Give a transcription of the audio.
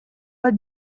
pas